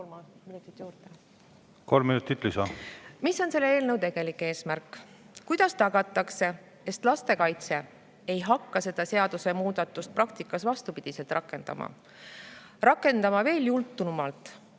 Mis on selle eelnõu tegelik eesmärk? Kuidas tagatakse, et lastekaitse ei hakka seda seadusemuudatust praktikas vastupidiselt rakendama ja seda tegema veel jultunumalt